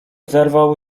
zerwał